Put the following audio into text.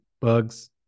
bugs